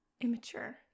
Immature